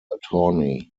attorney